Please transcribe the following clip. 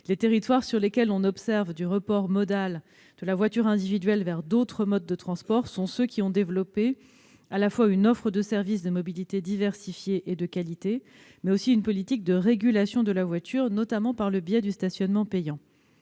Les territoires sur lesquels on observe du report modal de la voiture individuelle vers d'autres modes de transport sont ceux qui ont développé, à la fois, une offre de services de mobilité diversifiée et de qualité, et une politique de régulation de la voiture, notamment par le biais du stationnement payant.